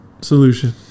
solution